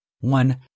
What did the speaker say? One